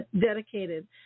dedicated